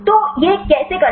तो यह कैसे करना है